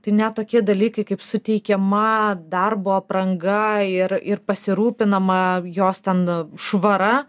tai net tokie dalykai kaip suteikiama darbo apranga ir ir pasirūpinama jos ten švara